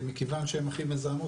מכיוון שהן הכי מזהמות,